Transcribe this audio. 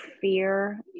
fear